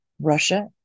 Russia